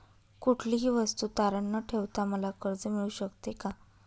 कुठलीही वस्तू तारण न ठेवता मला कर्ज मिळू शकते का?